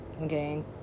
okay